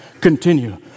continue